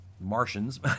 Martians